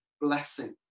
blessing